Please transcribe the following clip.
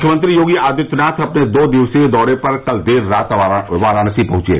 मुख्यमंत्री योगी आदित्यनाथ अपने दो दिवसीय दौरे पर कल देर रात वाराणसी पहुंचे